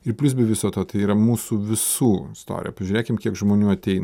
ir plius be viso to tai yra mūsų visų istorija pažiūrėkim kiek žmonių ateina